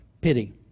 pity